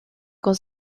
con